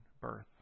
birth